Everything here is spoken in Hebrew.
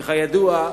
כידוע,